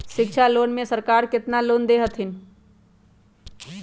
शिक्षा लोन में सरकार केतना लोन दे हथिन?